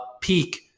peak